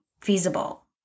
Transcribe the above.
feasible